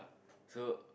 so